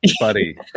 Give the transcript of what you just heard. buddy